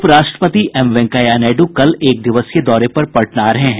उपराष्ट्रपति एम वेंकैया नायडू कल एक दिवसीय दौरे पर पटना आ रहे हैं